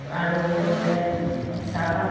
আৰু লগতে চাহপাত